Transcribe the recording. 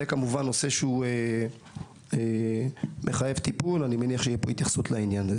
זה נושא שמחייב טיפול ואני מניח שתהיה פה התייחסות לעניין הזה.